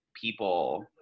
people